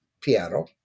piano